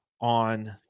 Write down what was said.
on